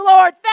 Lord